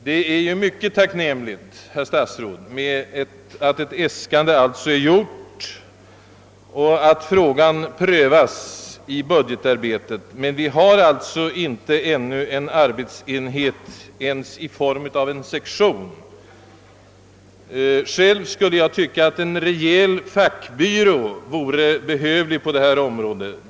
Det är mycket tacknämligt, herr statsråd, att ett äskande har gjorts och att frågan prövas i budgetarbetet, men vi har alltså ännu inte någon arbetsenhet ens i form av en sektion. Själv skulle jag tycka att en rejäl fackbyrå vore behövlig på detta område.